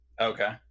Okay